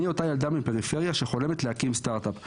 אני אותה ילדה מהפריפריה שחולמת להקים סטארט-אפ.